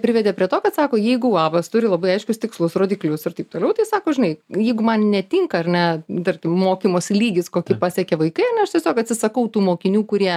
privedė prie to kad sako jeigu uabas turi labai aiškius tikslus rodiklius ir taip toliau tai sako žinai jeigu man netinka ar ne tarkim mokymosi lygis kokį pasiekė vaikai ar ne aš tiesiog atsisakau tų mokinių kurie